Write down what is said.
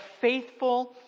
faithful